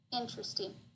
interesting